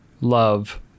love